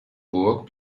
burg